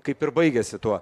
kaip ir baigiasi tuo